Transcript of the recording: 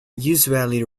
usually